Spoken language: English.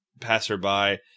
passerby